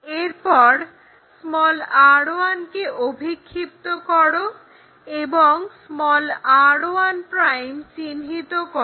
এরপর r1 কে অভিক্ষিপ্ত করো এবং r1' চিহ্নিত করো